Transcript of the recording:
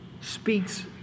speaks